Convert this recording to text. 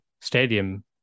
stadium